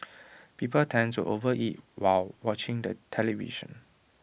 people tend to overeat while watching the television